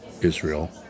israel